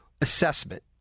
assessment